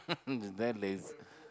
that laze